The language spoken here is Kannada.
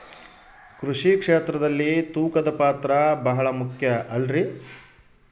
ಕೃಷಿ ಕ್ಷೇತ್ರದಲ್ಲಿ ತೂಕದ ಪಾತ್ರ ಬಹಳ ಮುಖ್ಯ ಅಲ್ರಿ?